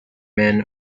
men